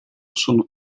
sono